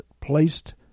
placed